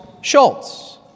Schultz